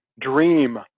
dream